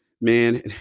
Man